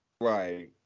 Right